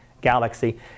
galaxy